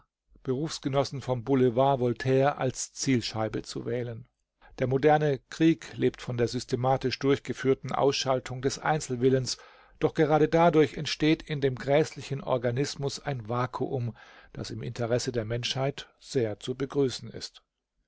vom boulevard voltaire als zielscheibe zu wählen der moderne krieg lebt von der systematisch durchgeführten ausschaltung des einzelwillens doch gerade dadurch entsteht in dem gräßlichen organismus ein vakuum das im interesse der menschheit sehr zu begrüßen ist